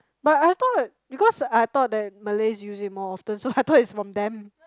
but I thought because I thought that Malays use it more often so I thought it's from them